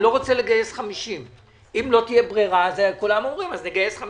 אני לא רוצה לגייס 50. אם לא תהיה ברירה אז נעשה זאת,